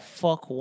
fuck